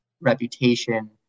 reputation